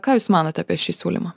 ką jūs manote apie šį siūlymą